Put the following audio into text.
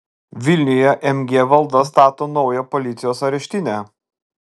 vilniuje mg valda stato naują policijos areštinę